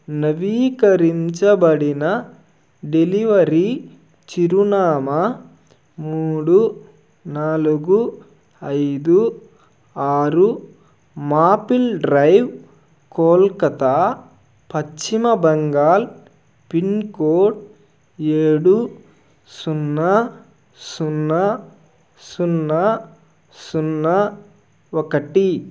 నవీకరించబడిన డెలివరీ చిరునామా మూడు నాలుగు ఐదు ఆరు Maple Drive Kolkata Paschim Bengal pincode ఏడు సున్నా సున్నా సున్నా సున్నా ఒకటి